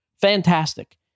Fantastic